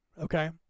Okay